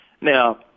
Now